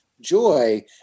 joy